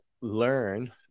learn